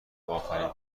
آخرین